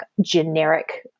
generic